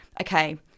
okay